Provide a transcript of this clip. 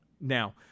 Now